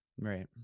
Right